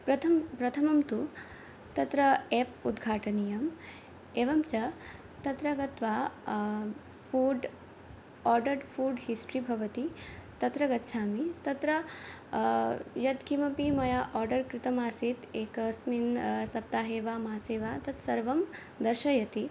प्रथं प्रथमं तु तत्र आप् उद्घाटनीयम् एवं च तत्र गत्वा फ़ूड् ओर्डर्ड् फ़ूड् हिस्ट्रि भवति तत्र गच्छामि तत्र यत् किमपि मया ओर्डर् कृतमासीत् एकस्मिन् सप्ताहे वा मासे वा तत् सर्वं दर्शयति